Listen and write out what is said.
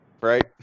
right